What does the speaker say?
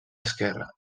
esquerre